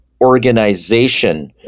organization